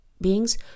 beings